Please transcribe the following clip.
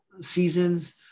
seasons